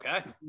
Okay